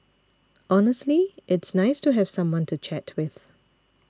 honestly it's nice to have someone to chat with